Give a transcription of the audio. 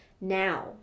now